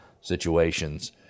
situations